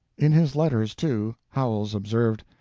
in his letters, too, howells observed,